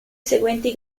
seguenti